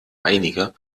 einige